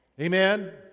Amen